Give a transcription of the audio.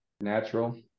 Natural